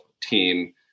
team